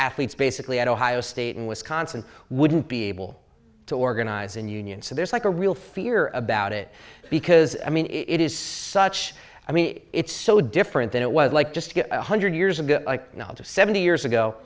athletes basically at ohio state in wisconsin wouldn't be able to organize and union so there's like a real fear about it because i mean it is such i mean it's so different than it was like just to get one hundred years ago a knowledge of seventy years ago